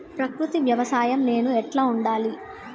ప్రకృతి వ్యవసాయం నేల ఎట్లా ఉండాలి?